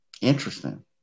Interesting